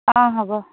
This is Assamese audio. অঁ হ'ব